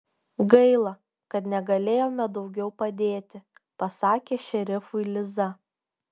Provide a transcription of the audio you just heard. gaila kad negalėjome daugiau padėti pasakė šerifui liza